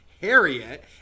Harriet